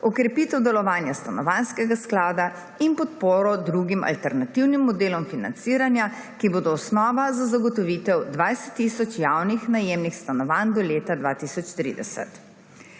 okrepitev delovanja Stanovanjskega sklada in podporo drugim alternativnim modelom financiranja, ki bodo osnova za zagotovitev 20 tisoč javnih najemnih stanovanj do leta 2030.